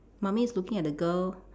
mummy is looking at the girl